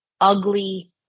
ugly